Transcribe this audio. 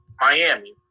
Miami